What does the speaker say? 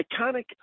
iconic